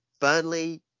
Burnley